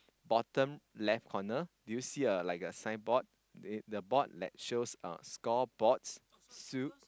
bottom left corner do you see a like a signboard uh the board that shows uh score boards s~